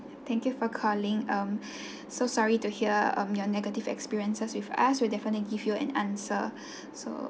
thank you for calling um so sorry to hear um your negative experiences with us we will definitely give you an answer